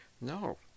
No